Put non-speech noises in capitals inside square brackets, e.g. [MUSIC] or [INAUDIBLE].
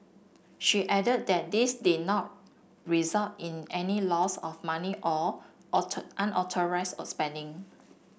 she added that this did not result in any loss of money or [UNINTELLIGIBLE] unauthorised of spending